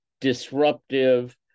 disruptive